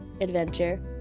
adventure